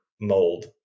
mold